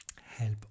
help